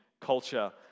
culture